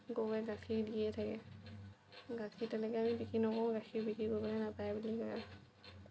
গৰুৱে গাখীৰ দিয়ে থাকে গাখীৰ তেনেকে আমি বিক্ৰী নকৰোঁ গাখীৰ বিক্ৰী কৰিবলৈ নাপাই বুলি কয় আৰু